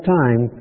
time